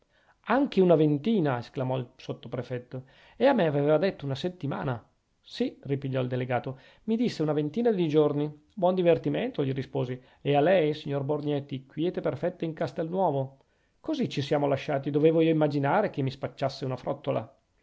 anche una ventina esclamò il sottoprefetto e a me aveva detto una settimana sì ripigliò il delegato mi disse una ventina di giorni buon divertimento gli risposi e a lei signor borgnetti quiete perfetta in castelnuovo così ci siamo lasciati dovevo io immaginare che mi spacciasse una frottola